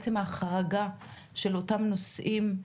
עצם ההחרגה של אותם נושאים,